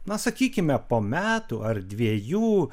na sakykime po metų ar dviejų